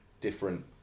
different